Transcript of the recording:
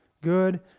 Good